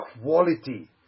quality